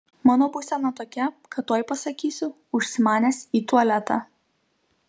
mano būsena tokia kad tuoj pasakysiu užsimanęs į tualetą